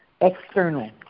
external